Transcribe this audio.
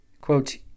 quote